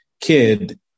kid